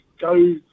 go